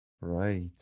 Right